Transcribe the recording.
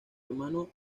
hermano